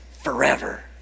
forever